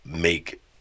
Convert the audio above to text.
make